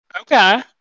Okay